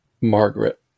Margaret